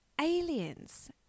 aliens